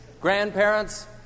grandparents